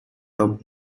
top